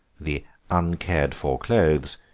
the uncared-for clothes,